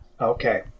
Okay